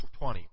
20